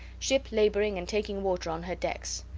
ship labouring and taking water on her decks.